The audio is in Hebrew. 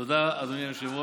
תודה, אדוני היושב-ראש.